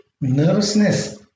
nervousness